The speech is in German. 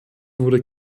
wurden